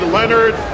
Leonard